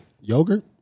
Yogurt